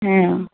হুম